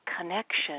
connection